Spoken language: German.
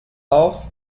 auf